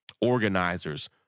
organizers